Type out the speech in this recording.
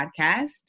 podcast